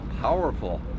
powerful